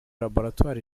laboratwari